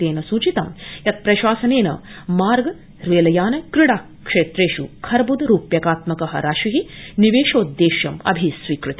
तेन सूचितं यत प्रशासनेन मार्ग रेलयान क्रीडा क्षेत्रेष् खर्ब्द रूप्यकात्मक राशि निवेशोद्देश्यम अभिस्वीकृत